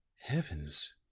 heavens!